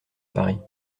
paris